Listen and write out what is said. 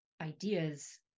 ideas